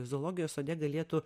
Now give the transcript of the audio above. zoologijos sode galėtų